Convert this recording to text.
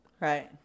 Right